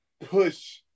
push